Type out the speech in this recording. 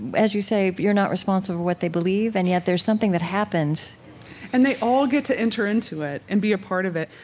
as you say, you're not responsible for what they believe and yet there's something that happens and they all get to enter into it and be a part of it.